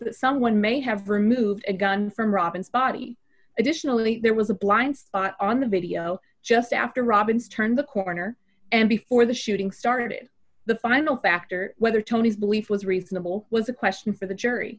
that someone may have removed a gun from robin's body additionally there was a blind spot on the video just after robbins turned the corner and before the shooting started the final factor whether tony's belief was reasonable was a question for the jury